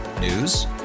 News